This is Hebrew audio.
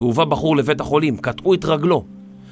הובא בחור לבית החולים, קטעו את רגלו